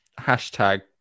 hashtag